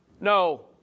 no